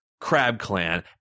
Crab-Clan